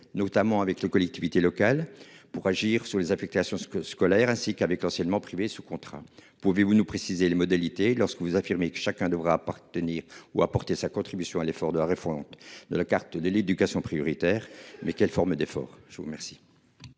notamment avec les collectivités locales pour agir sur les affectations ce que scolaires ainsi qu'avec l'enseignement privé sous contrat. Pouvez-vous nous préciser les modalités. Lorsque vous affirmez qu'chacun devrait appartenir ou apporter sa contribution à l'effort de la refonte de la carte de l'éducation prioritaire. Mais quelle forme d'effort je vous remercie.